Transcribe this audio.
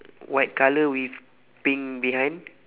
white colour with pink behind